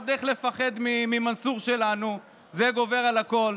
עוד איך לפחד ממנסור שלנו, זה גובר על הכול.